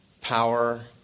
power